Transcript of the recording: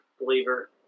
believer